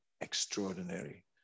extraordinary